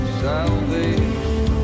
salvation